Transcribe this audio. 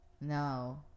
No